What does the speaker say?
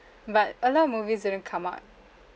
but a lot of movies didn't come out